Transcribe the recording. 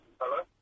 Hello